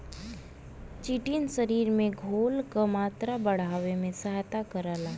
chitin शरीर में घोल क मात्रा बढ़ावे में सहायता करला